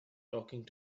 talking